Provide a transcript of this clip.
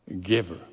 giver